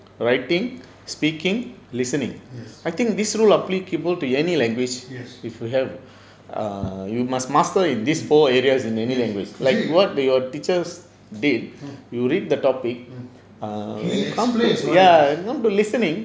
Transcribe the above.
yes yes yes you see mm mm he explains what it is